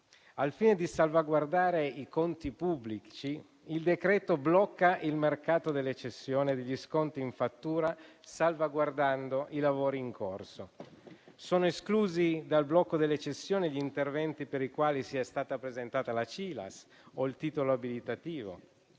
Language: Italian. Al fine di salvaguardare i conti pubblici, il decreto blocca il mercato delle cessioni degli sconti in fattura, preservando i lavori in corso. Sono esclusi dal blocco delle cessioni gli interventi per i quali siano stati presentati la Cilas o il titolo abilitativo,